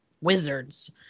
wizards